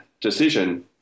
decision